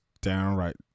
downright